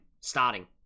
starting